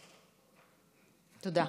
תודה.